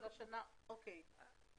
מהתחלת הדיווח הראשון.